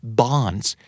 bonds